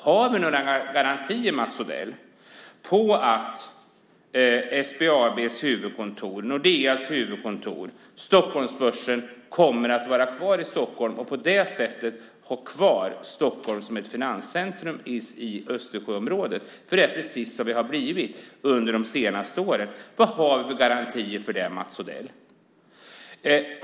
Har vi några garantier, Mats Odell, för att SBAB:s huvudkontor, Nordeas huvudkontor och Stockholmsbörsen kommer att vara kvar i Stockholm och att vi på det sättet kan behålla Stockholm som finanscentrum i Östersjöområdet? Så har det nämligen varit under de senaste åren. Vad har vi för garantier för det, Mats Odell?